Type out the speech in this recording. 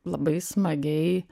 labai smagiai